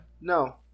No